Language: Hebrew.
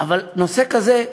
אבל נושא כזה,